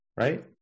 right